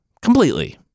Completely